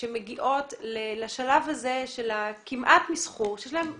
שמגיעות לשלב הזה של כמעט מסחור שיש להם